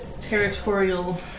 territorial